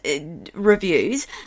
reviews